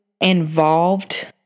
involved